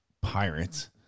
Pirates